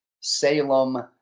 Salem